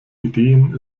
ideen